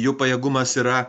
jų pajėgumas yra